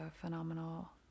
phenomenal